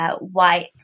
white